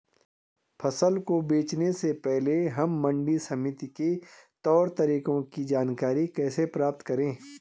फसल को बेचने से पहले हम मंडी समिति के तौर तरीकों की जानकारी कैसे प्राप्त करें?